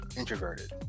introverted